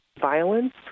violence